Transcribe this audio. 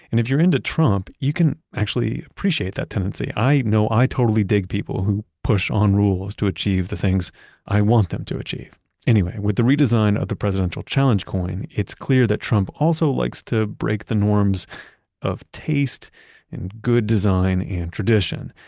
and if you're into trump, you can actually appreciate that tendency. i know i totally dig people who push on rules to achieve the things i want them to achieve anyway, with the redesign of the presidential challenge coin, it's clear that trump also likes to break the norms of taste and good design and tradition.